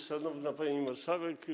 Szanowna Pani Marszałek!